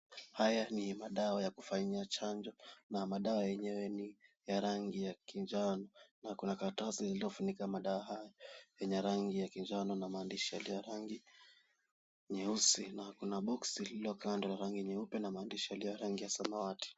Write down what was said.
Haya ni madawa ya kufanyia chanjo na madawa yenyewe ni ya rangi ya kinjano, na kuna karatasi lililo funika madawa haya yenye rangi ya kinjano na maandishi ni ya rangi nyeusi na kuna boxi lililo kando la rangi nyeupe na maandishi yaliyo ya rangi ya samawati.